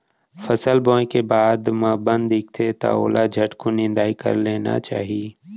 फसल बोए के बाद म बन दिखथे त ओला झटकुन निंदाई कर लेना चाही